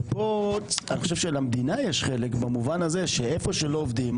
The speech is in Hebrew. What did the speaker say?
פה אני חושב שלמדינה יש חלק במובן הזה שאיפה שלא עובדים,